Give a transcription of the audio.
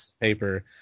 paper